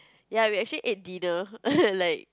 ya we actually ate dinner like